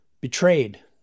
betrayed